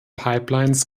pipelines